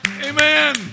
amen